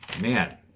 Man